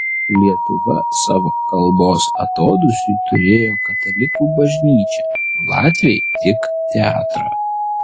lietuva savo kalbos atodūsiui turėjo katalikų bažnyčią latviai tik teatrą